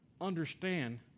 understand